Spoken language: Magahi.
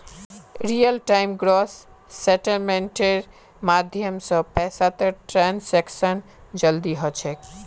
रियल टाइम ग्रॉस सेटलमेंटेर माध्यम स पैसातर ट्रांसैक्शन जल्दी ह छेक